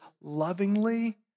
lovingly